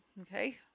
Okay